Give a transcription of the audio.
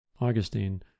Augustine